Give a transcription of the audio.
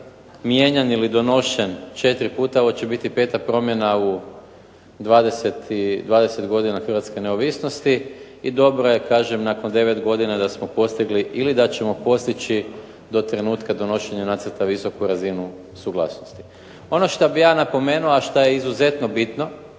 mijenjan ili donošen 4 puta, ovo će biti 5 promjena u 20 godine hrvatske neovisnosti i dobro je kažem da smo nakon 9 godina postigli ili da ćemo postići do trenutak donošenja nacrta visoku razinu suglasnosti. Ono što bih ja napomenuo a što je izuzetno bitno,